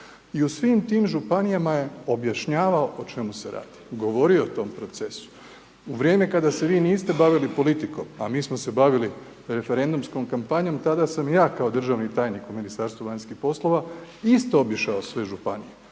i u svim tim županijama je objašnjavao o čemu se radi, govorio o tom procesu, u vrijeme kada se vi niste bavili politikom, a mi smo se bavili referendumskom kampanjom tada sam ja kao državni tajnik u Ministarstvu vanjskih poslova isto obišao sve županije,